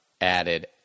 added